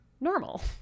normal